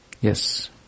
Yes